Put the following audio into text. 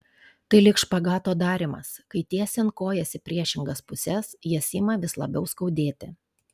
tai lyg špagato darymas kai tiesiant kojas į priešingas puses jas ima vis labiau skaudėti